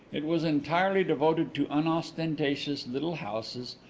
it was entirely devoted to unostentatious little houses,